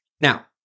Now